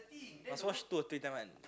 must wash two or three time one